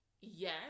Yes